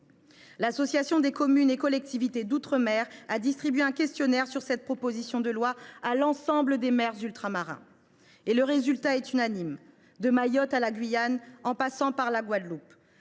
L’Association des communes et des collectivités d’outre mer (Accd’om) a distribué un questionnaire sur cette proposition de loi à l’ensemble des maires ultramarins. Le résultat est unanime : de Mayotte à la Guyane, en passant par la Guadeloupe,